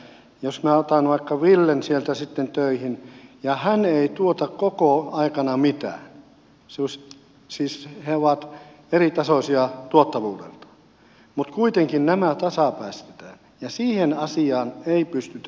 jos minä otan vaikka villen sieltä sitten töihin ja hän ei tuota koko aikana mitään siis he ovat eritasoisia tuottavuudeltaan kuitenkin nämä tasapäistetään ja siihen asiaan ei pystytä puuttumaan